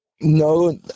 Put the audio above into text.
No